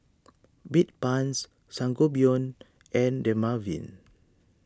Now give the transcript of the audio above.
Bedpans Sangobion and Dermaveen